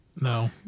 No